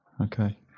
Okay